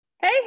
Hey